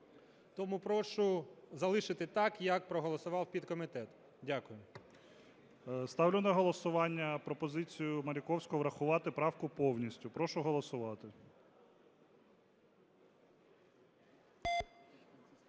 Тому прошу залишити так, як проголосував підкомітет. Дякую. ГОЛОВУЮЧИЙ. Ставлю на голосування пропозицію Маріковського врахувати правку повністю. Прошу голосувати.